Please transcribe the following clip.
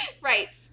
Right